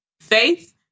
faith